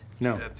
No